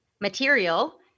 material